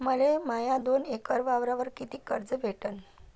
मले माया दोन एकर वावरावर कितीक कर्ज भेटन?